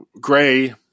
gray